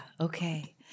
Okay